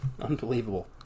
Unbelievable